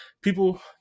people